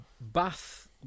Bath